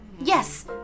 Yes